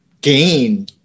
gain